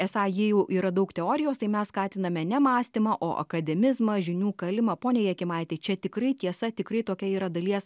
esą jie jau yra daug teorijos tai mes skatiname ne mąstymą o akademizmą žinių kalimą ponia jakimaiti čia tikrai tiesa tikrai tokia yra dalies